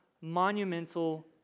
monumental